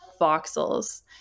voxels